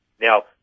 Now